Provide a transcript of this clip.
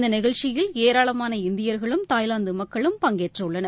இந்த நிகழ்ச்சியில் ஏராளமான இந்தியர்களும் தாய்லாந்து மக்களும் பங்கேற்றுள்ளனர்